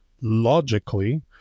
logically